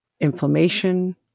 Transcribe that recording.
inflammation